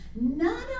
none